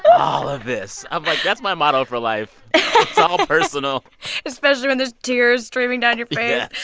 all of this. i'm like, that's my motto for life it's all personal especially when there's tears streaming down your yeah